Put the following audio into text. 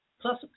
plus